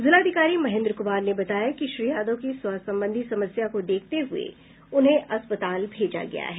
जिलाधिकारी महेंन्द्र क्मार ने बताया कि श्री यादव की स्वास्थ्य संबंधी समस्या को देखते हुए उन्हें अस्पताल भेजा गया है